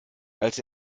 als